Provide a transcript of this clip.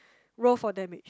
roll for damage